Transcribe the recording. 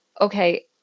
okay